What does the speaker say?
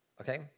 okay